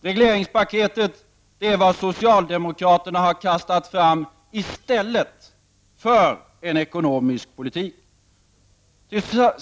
Regleringspaketet är vad socialdemokraterna har kastat fram i stället för en ekonomisk politik.